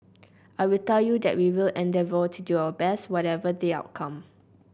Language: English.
I will tell you that we will endeavour to do our best whatever the outcome